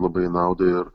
labai į naudą ir